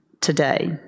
today